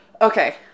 Okay